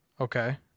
Okay